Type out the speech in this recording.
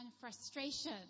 frustration